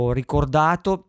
ricordato